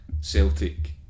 Celtic